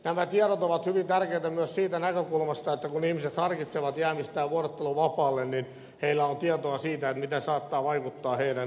nämä tiedot ovat hyvin tärkeitä myös siitä näkökulmasta että kun ihmiset harkitsevat jäämistä vuorotteluvapaalle niin heillä on tietoa siitä miten se saattaa vaikuttaa heidän työuraansa